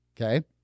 Okay